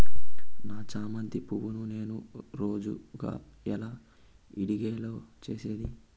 నా చామంతి పువ్వును నేను జోరుగా ఎలా ఇడిగే లో చేసేది?